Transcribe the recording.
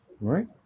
right